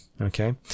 Okay